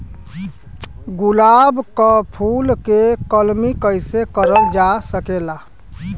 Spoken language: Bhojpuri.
गुलाब क फूल के कलमी कैसे करल जा सकेला?